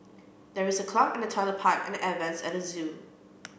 there is a clog in the toilet pipe and the air vents at the zoo